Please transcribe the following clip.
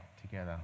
together